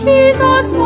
Jesus